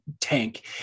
tank